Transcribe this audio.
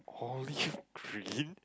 olive green